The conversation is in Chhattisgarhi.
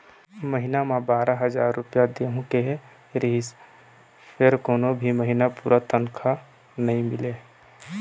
महिना म बारा हजार रूपिया देहूं केहे रिहिस फेर कोनो भी महिना पूरा तनखा नइ मिलय